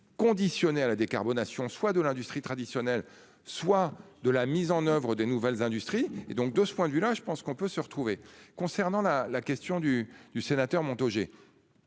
conditionnée à la décarbonation soit de l'industrie traditionnelle, soit de la mise en oeuvre des nouvelles industries et donc de ce point de vue là je pense qu'on peut se retrouver concernant la la question du, du sénateur Montaugé.